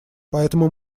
поэтому